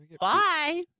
Bye